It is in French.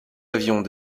avions